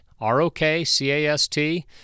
R-O-K-C-A-S-T